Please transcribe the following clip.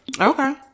Okay